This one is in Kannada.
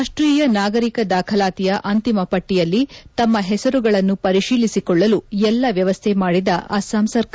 ರಾಷ್ಟೀಯ ನಾಗರಿಕ ದಾಖಲಾತಿಯ ಅಂತಿಮ ಪಟ್ಟಿಯಲ್ಲಿ ತಮ್ಮ ಹೆಸರುಗಳನ್ನು ಪರಿಶೀಲಿಸಿಕೊಳ್ಳಲು ಎಲ್ಲ ವ್ಯವಸ್ಥೆ ಮಾಡಿದ ಅಸ್ಪಾಂ ಸರ್ಕಾರ